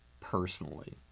personally